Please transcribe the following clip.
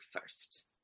first